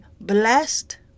blessed